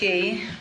תודה.